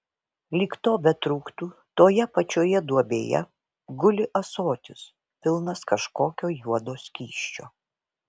lyg to betrūktų toje pačioje duobėje guli ąsotis pilnas kažkokio juodo skysčio